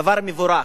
דבר מבורך,